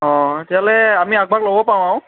অঁ তেতিয়াহ'লে আমি আগভাগ ল'ব পাওঁ আৰু